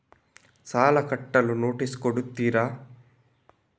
ಸಾಲ ಕಟ್ಟಲು ನೋಟಿಸ್ ಕೊಡುತ್ತೀರ?